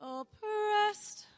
Oppressed